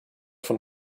von